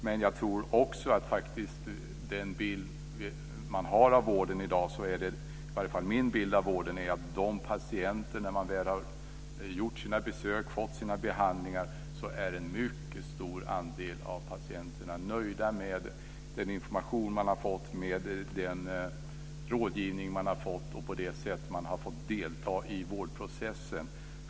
Men i varje fall min bild av vården i dag är faktiskt att väldigt många av patienterna, när de väl har gjort sina besök och fått sina behandlingar, är nöjda med den information och den rådgivning som de har fått och med hur de har fått delta i vårdprocessen.